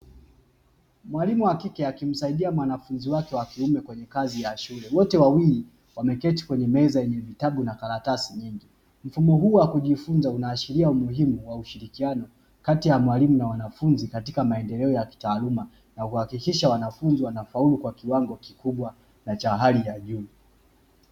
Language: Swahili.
Mwalimu wa kike akimsaidia mwanafunzi wake wa kiume kwenye kazi ya shule. Wote wawili wameketi kwenye meza yenye vitabu na karatasi nyingi. Mfumo huu wa kujifunza unaashiria umuhimu wa ushirikiano kati ya mwalimu na wanafunzi katika maendeleo ya kitaaluma na kuhakikisha wanafunzi wanafaulu kwa kiwango kikubwa na cha hali ya juu.